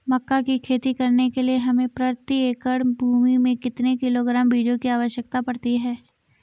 मक्का की खेती करने के लिए हमें प्रति एकड़ भूमि में कितने किलोग्राम बीजों की आवश्यकता पड़ती है?